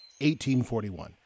1841